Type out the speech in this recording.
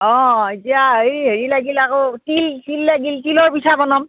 অঁ এতিয়া সেই হেৰি লাগিল আকৌ তিল তিল লাগিল তিলৰ পিঠা বনাম